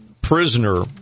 prisoner